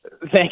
Thank